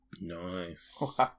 Nice